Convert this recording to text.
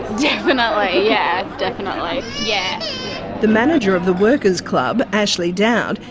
definitely yeah, definitely. yeah the manager of the worker's club, ashley dowd,